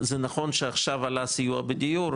זה נכון שעכשיו עלה סיוע בדיור,